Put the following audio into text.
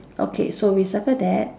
okay so we circle that